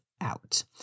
out